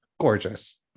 gorgeous